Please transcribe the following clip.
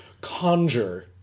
conjure